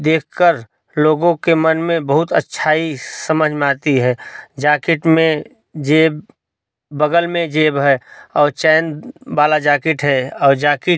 देख कर लोगों के मन में बहुत अच्छाई समझ में आती है जाकिट में जेब बगल में जेब है और चेन वाला जाकिट है औ जाकिट